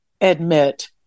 admit